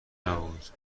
نبود